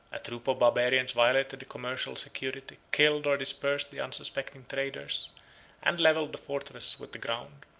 a troop of barbarians violated the commercial security killed, or dispersed, the unsuspecting traders and levelled the fortress with the ground.